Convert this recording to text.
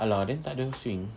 !alah! then tak ada swing